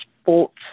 sports